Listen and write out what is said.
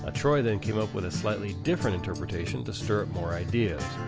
ah troy then came up with a slightly different interpretation to stir up more ideas.